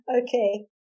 Okay